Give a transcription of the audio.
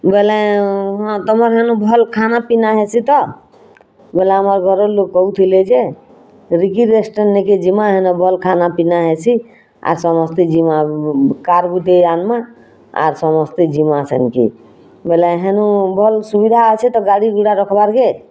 ବୋଲେଁ ତମର୍ ହେନୁ ଭଲ୍ ଖାନା ପିନା ହେସି ତ ବୋଲେ ଆମର୍ ଘରର୍ ଲୋକ୍ କହୁଥିଲେ ଯେ ରିଗି ରେଷ୍ଟୁରାଣ୍ଟ୍ ନିକେ ଯିମା ହେନ ଭଲ୍ ଖାନାପିନା୍ ହେସି ଆର୍ ସମସ୍ତେ ଯିମା କାର୍ ଗୁଟେ ଆନମା ଆର୍ ସମସ୍ତେ ଯିମା ସେନକେ୍ ବୋଲେଁ ହେନୁ ଭଲ୍ ସୁବିଧା ଅଛେ ତ ଗାଡ଼ିଗୁଡ଼ା ରଖ୍ ବାର୍କେ